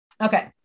Okay